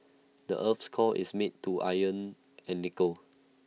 the Earth's core is made to iron and nickel